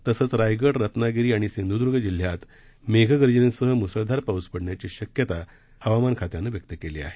तसंच रायगड रत्नागिरी आणि सिंधुद्र्ग जिल्ह्यात मेघ गर्जनेसह मुसळधार पाऊस पडण्याची शक्यता हवामान खात्यानं वर्तवली आहे